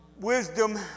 Wisdom